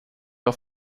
auf